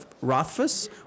Rothfuss